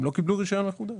הם לא קיבלו רישיון מחודש.